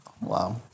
Wow